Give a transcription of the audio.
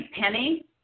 penny